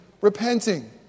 repenting